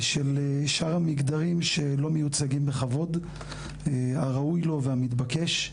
ושל שאר המגדרים שלא מיוצגים בכבוד הראוי לו והמתבקש.